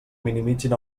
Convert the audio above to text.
minimitzin